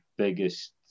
biggest